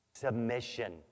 Submission